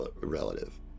relative